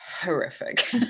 horrific